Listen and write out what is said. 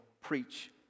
preach